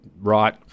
right